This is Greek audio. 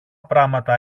πράματα